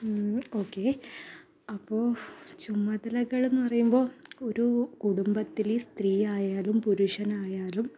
okay അപ്പോൾ ചുമതലകളെന്ന് പറയുമ്പോൾ ഒരു കുടുംബത്തിൽ സ്ത്രീയായാലും പുരുഷനായാലും